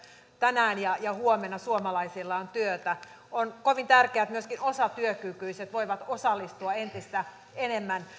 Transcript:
tänään ja ja huomenna suomalaisilla on työtä on kovin tärkeää että myöskin osatyökykyiset voivat osallistua entistä enemmän